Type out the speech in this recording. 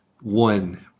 one